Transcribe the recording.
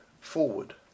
forward